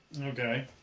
Okay